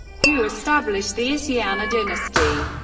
who established the isyana dynasty.